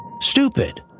stupid